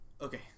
Okay